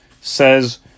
says